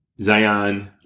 Zion